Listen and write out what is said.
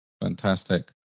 Fantastic